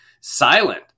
silent